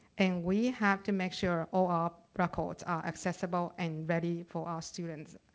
and, we had to make sure all our records are accessible and ready for our students.